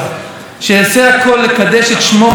חברים יקרים: כנס חדש,